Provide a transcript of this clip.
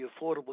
Affordable